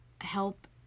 help